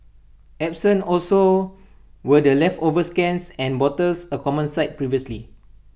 absent also were the leftover scans and bottles A common sight previously